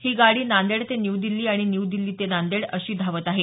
ही गाडी नांदेड ते न्यू दिछी आणि न्यू दिछी तर नांदेड अशी धावत आहे